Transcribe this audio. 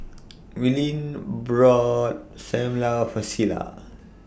Willene bro SAM Lau For Celia